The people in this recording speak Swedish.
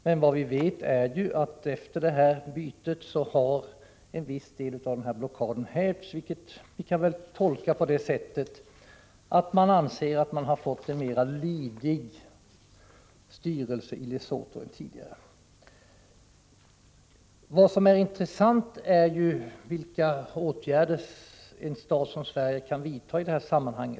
Men vi vet att efter detta regeringsbyte har en viss del av 16 blockaden hävts, vilket vi kan tolka så att man anser att man har fått en mera lydig styrelse i Lesotho än tidigare. Vad som är intressant är ju vilka åtgärder en stat som Sverige kan vidta i detta sammanhang.